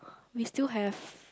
we still have